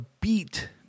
beat